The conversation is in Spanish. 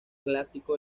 clásico